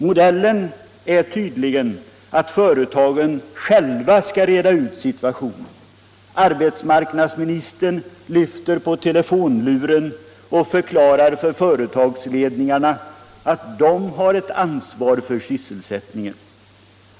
Modellen är tydligen att företagen själva skall reda ut situationen. Arbetsmarknadsministern lyfter på telefonluren och förklarar för företagsledningarna att de har ett ansvar för sysselsättningen.